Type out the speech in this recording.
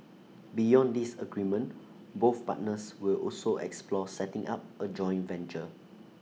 beyond this agreement both partners will also explore setting up A joint venture